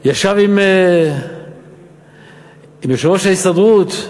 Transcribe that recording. ישב עם יושב-ראש ההסתדרות,